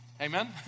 Amen